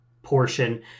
portion